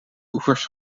oevers